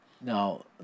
Now